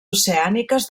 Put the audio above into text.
oceàniques